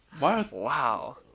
Wow